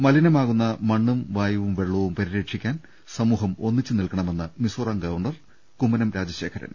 മലിനമാകുന്നു മണ്ണും വായുവും വെള്ളവും പരിരക്ഷി ക്കാൻ സമൂഹം ഒന്നിച്ച് നിൽക്കണമെന്ന് മിസോറാം ഗവർണർ കുമ്മനം രാജശേഖരൻ